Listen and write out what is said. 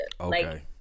Okay